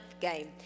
game